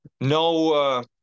no